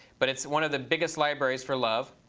but it's one of the biggest libraries for love.